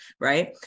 right